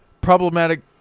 Problematic